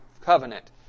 covenant